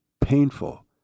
painful